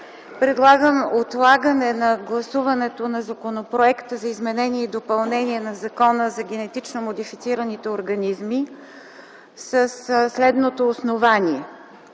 предлагам отлагане на гласуването на второ четене на Законопроекта за изменение и допълнение на Закона за генетично модифицираните организми със следното основание.